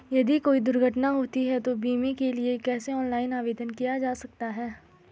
यदि कोई दुर्घटना होती है तो बीमे के लिए कैसे ऑनलाइन आवेदन किया जा सकता है?